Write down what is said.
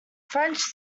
french